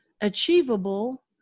achievable